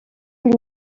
une